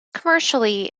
commercially